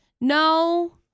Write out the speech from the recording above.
no